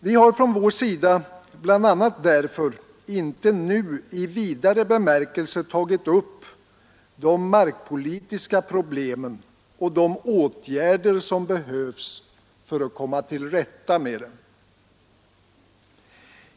Vi har från vår sida bl.a. därför inte nu i vidare bemärkelse tagit upp de markpolitiska problemen och de åtgärder som behövs för att komma till rätta med dem.